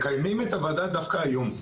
מקיימים את הוועדה דווקא היום,